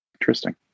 interesting